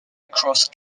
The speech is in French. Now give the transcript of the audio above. cross